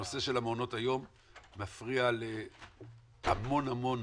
הנושא של מעונות היום מפריע להמון המון